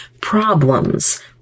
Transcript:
problems